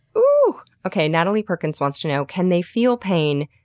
ooh! okay, natalie perkins wants to know can they feel pain?